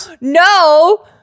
No